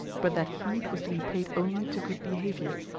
but that heed was to be paid only to good behaviour.